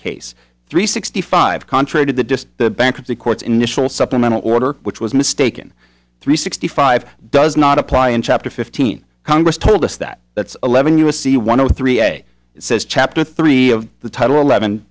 case three sixty five contrary to the disk the bankruptcy courts initial supplemental order which was mistaken three sixty five does not apply in chapter fifteen congress told us that that's eleven u s c one or three day it says chapter three of the title eleven